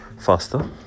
faster